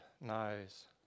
knows